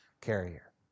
carrier